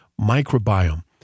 microbiome